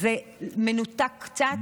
זה מנותק קצת.